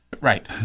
Right